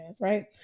right